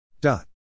Dot